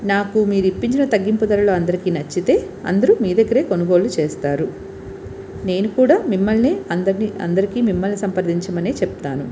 నాకు మీరు ఇప్పించిన తగ్గింపు ధరలు అందరికీ నచ్చితే అందరూ మీ దగ్గరే కొనుగోలు చేస్తారు నేను కూడా మిమ్మల్నే అందరినీ అందరికి మిమ్మల్నే సంప్రదించమని చెప్తాను